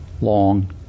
long